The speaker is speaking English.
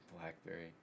Blackberry